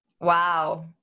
Wow